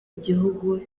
igihugu